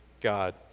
God